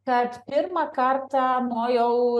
kad pirmą kartą nuo jau